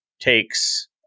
takes